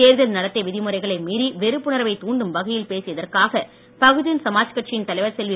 தேர்தல் நடத்தை விதிமுறைகளை மீறி வெறுப்புணர்வை தூண்டும் வகையில் பேசியதற்காக பகுஜன் சமாஜ் கட்சியின் தலைவர் செல்வி